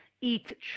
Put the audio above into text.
eat